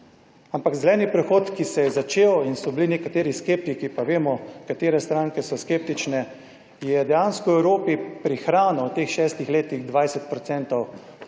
Ampak zeleni prehod, ki se je začel in so bili nekateri skeptiki pa vemo katere stranke so skeptične je dejansko v Evropi prihranil v teh šestih letih 20 %